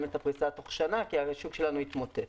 את הפריסה בתוך שנה כי השוק שלנו יתמוטט.